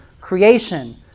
creation